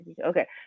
Okay